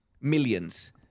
millions